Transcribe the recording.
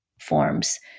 forms